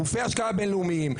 גופי השקעה בינלאומיים,